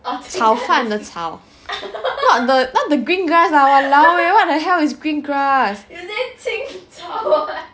炒饭的炒 not the green grass leh !walao! eh what the hell is green grass